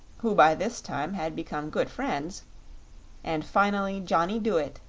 who by this time had become good friends and finally johnny dooit,